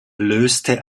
löste